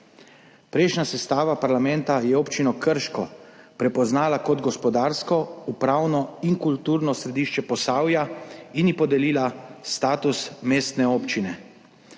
Prejšnja sestava parlamenta je občino Krško prepoznala kot gospodarsko, upravno in kulturno središče Posavja in ji podelila status mestne občine.